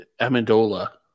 Amendola